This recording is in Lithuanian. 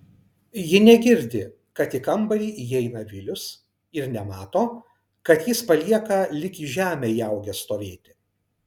ji negirdi kad į kambarį įeina vilius ir nemato kad jis palieka lyg į žemę įaugęs stovėti